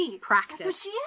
practice